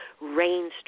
rainstorm